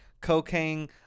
cocaine